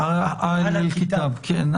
אהל אל-כִּתאב, כן.